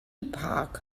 epoch